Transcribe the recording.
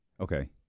Okay